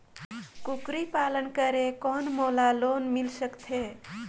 कूकरी पालन करे कौन मोला लोन मिल सकथे?